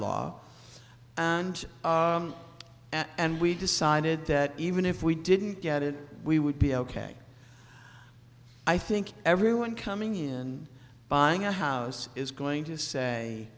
law and and we decided that even if we didn't get it we would be ok i think everyone coming in buying a house is going to say